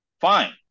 Fine